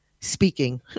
Speaking